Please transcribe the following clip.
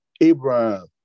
Abraham